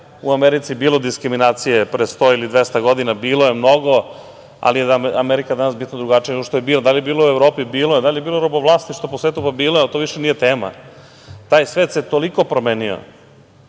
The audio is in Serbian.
u Americi bilo diskriminacije, pre 100 ili 200 godina, bilo je mnogo, ali je Amerika danas bitno drugačija nego što je bila. Da li je bilo u Evropi? Bilo je. Da li je bilo robovlasništva po svetu? Pa, bilo je, ali to više nije tema. Taj svet se toliko promenio